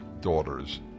daughters